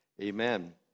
amen